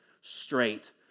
straight